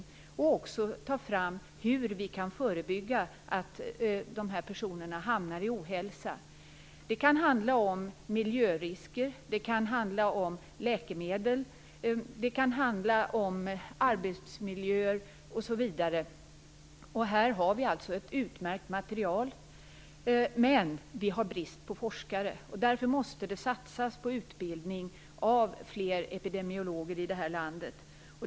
Den syftar också till att få fram hur vi skall kunna förebygga att dessa personer hamnar i ohälsa. Det kan handla om miljörisker, det kan handla om läkemedel, det kan handla om arbetsmiljöer osv. Här har vi alltså ett utmärkt material, men vi har brist på forskare. Därför måste det satsas på utbildning av fler epidemiologer i det här landet.